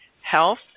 health